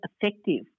effective